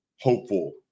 hopeful